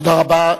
תודה רבה.